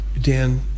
Dan